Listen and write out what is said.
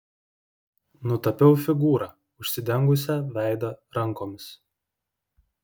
nutapiau figūrą užsidengusią veidą rankomis